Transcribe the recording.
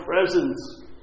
presence